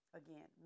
again